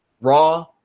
Raw